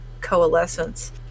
coalescence